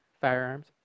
firearms